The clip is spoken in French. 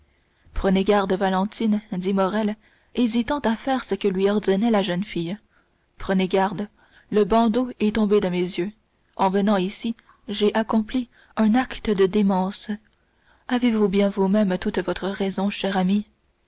prenez garde valentine dit morrel hésitant à faire ce que lui ordonnait la jeune fille prenez garde le bandeau est tombé de mes yeux en venant ici j'ai accompli un acte de démence avez-vous bien vous-même toute votre raison chère amie